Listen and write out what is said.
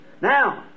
Now